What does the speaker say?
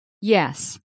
Yes